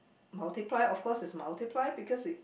multiply of course it's multiply because it